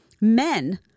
Men